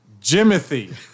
Jimothy